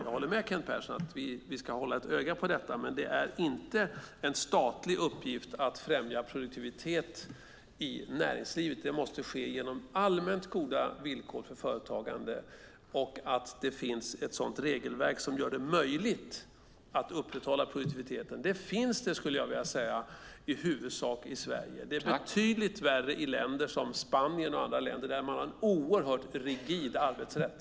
Jag håller med Kent Persson om att vi ska hålla ett öga på detta, men det är inte en statlig uppgift att främja produktivitet i näringslivet. Det måste ske genom allmänt goda villkor för företagande och att det finns ett sådant regelverk som gör det möjligt att upprätthålla produktiviteten. Det finns det, skulle jag vilja säga, i huvudsak i Sverige. Det är betydligt värre i länder som Spanien och andra länder där man har en oerhört rigid arbetsrätt.